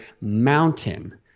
mountain